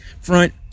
front